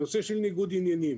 הנושא של ניגוד עניינים,